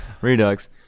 Redux